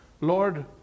Lord